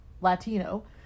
Latino